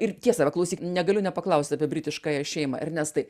ir tiesa va klausyk negaliu nepaklausti apie britiškąją šeimą ernestai